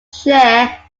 share